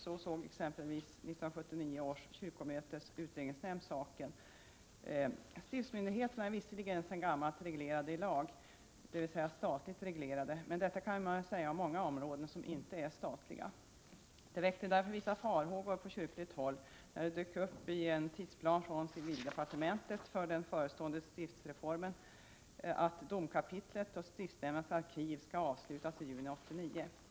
Så såg exempelvis 1979 års kyrkomötesutredningsnämnd saken. Stiftsmyndigheterna är visserligen sedan gammalt reglerade i lag, dvs. statligt reglerade, men detta kan sägas om många områden som inte är statliga. Det väckte därför vissa farhågor på kyrkligt håll när det i en tidsplan från civildepartementet för den förestående stiftsreformen angavs att domkapit lens och stiftshämndernas arkiv skall avslutas i juni 1989. Detta väckte också Prot.